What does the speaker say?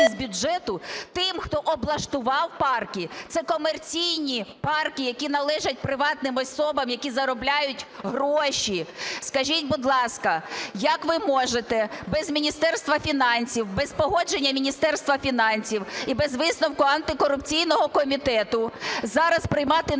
бюджету тим, хто облаштував парки. Це комерційні парки, які належать приватним особам, які заробляють гроші. Скажіть, будь ласка, як ви можете без Міністерства фінансів, без погодження Міністерства фінансів і без висновку антикорупційного комітету зараз приймати норми,